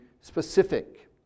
specific